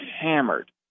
hammered